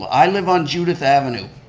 i live on judith avenue,